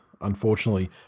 unfortunately